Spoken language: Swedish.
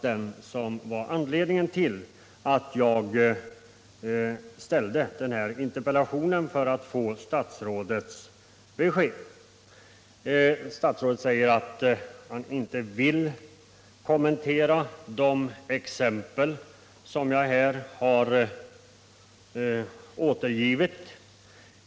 Det var anledningen till att jag framställde den här interpellationen för att få statsrådets besked. Statsrådet säger att han inte vill kommentera de exempel jag här åter = givit.